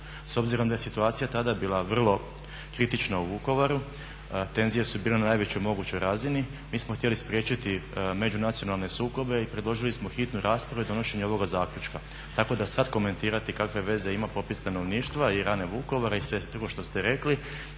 S obzirom da je situacija tada bila vrlo kritična u Vukovaru, tenzije su bile na najvećoj mogućoj razini, mi smo htjeli spriječiti međunacionalne sukobe i predložili smo hitnu raspravu i donošenje ovoga zaključka. Tako da sada komentirati kakve veze ima popis stanovništva i rane Vukovara i sve drugo što ste rekli